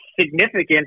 significant